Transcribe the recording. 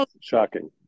shocking